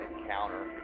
encounter